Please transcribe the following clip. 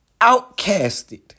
outcasted